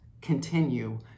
Continue